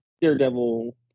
Daredevil